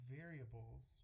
variables